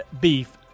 beef